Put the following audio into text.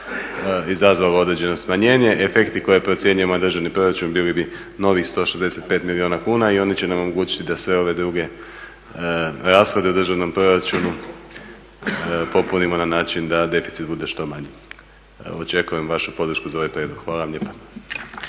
izazvalo određeno smanjenje. Efekti koje procjenjujemo na državni proračun bili bi novih 165 milijuna kuna i oni će nam omogućiti da sve ove druge rashode u državnom proračunu popunimo na način da deficit bude što manji. Očekujem vašu podršku za ovaj prijedlog. Hvala vam